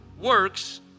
works